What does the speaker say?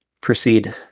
proceed